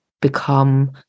become